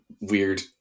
weird